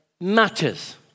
matters